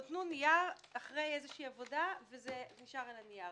נתנו נייר אחרי עבודה, וזה נשאר על הנייר.